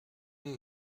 and